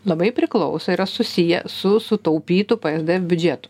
labai priklauso yra susiję su sutaupytu psd biudžetu